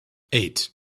eight